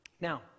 Now